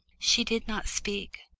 she did not speak,